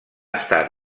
estat